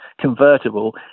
convertible